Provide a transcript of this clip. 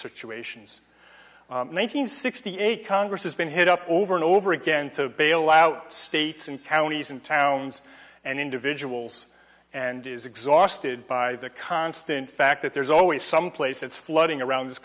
situations one hundred sixty eight congress has been hit up over and over again to bail out states and counties and towns and individuals and is exhausted by the constant fact that there's always some place that's flooding around this